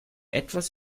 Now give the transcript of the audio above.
etwas